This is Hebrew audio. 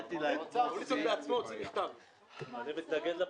להבין: אתם נגד?